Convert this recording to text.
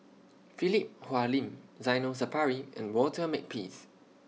Philip Hoalim Zainal Sapari and Walter Makepeace